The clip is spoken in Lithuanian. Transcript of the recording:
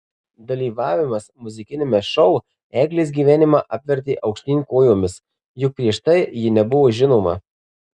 dalyvavimas muzikiniame šou eglės gyvenimą apvertė aukštyn kojomis juk prieš tai ji nebuvo žinoma